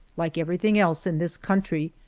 like everything else in this country,